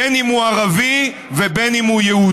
בין אם הוא ערבי ובין אם הוא יהודי.